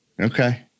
Okay